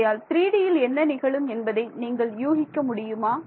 ஆகையால் 3Dயில் என்ன நிகழும் என்பதை நீங்கள் யூகிக்க முடியுமா